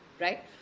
right